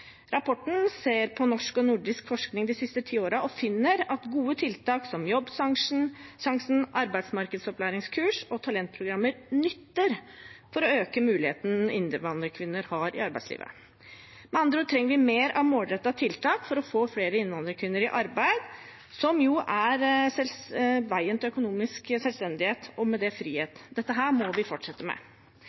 Rapporten ser på norsk og nordisk forskning de siste ti årene og finner at gode tiltak som Jobbsjansen, arbeidsmarkedsopplæringskurs og talentprogrammer nytter for å øke muligheten innvandrerkvinner har i arbeidslivet. Med andre ord trenger vi mer av målrettede tiltak for å få flere innvandrerkvinner i arbeid, som jo er veien til økonomisk selvstendighet og med det frihet. Dette må vi fortsette med.